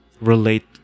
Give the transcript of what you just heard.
relate